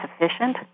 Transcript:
sufficient